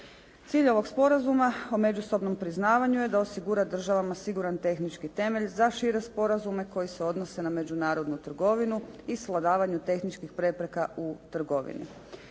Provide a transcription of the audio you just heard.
Cilj je ovog Sporazuma o međusobnom priznavanju je da osigura država siguran tehnički temelj za šire sporazume koji se odnose na međunarodnu trgovinu i svladavanju tehničkih prepreka u trgovini.